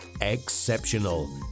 exceptional